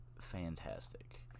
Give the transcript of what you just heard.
fantastic